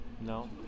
No